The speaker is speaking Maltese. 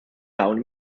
hawn